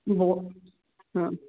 ବହୁତ ହଁ